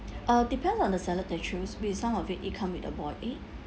uh depend on the salad they choose with some of it it come with the boiled egg